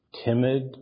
timid